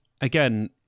again